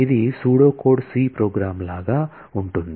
ఇది pseudo code C program లాగా ఉంటుంది